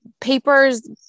papers